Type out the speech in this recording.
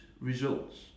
results